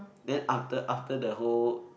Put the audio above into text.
then after after the whole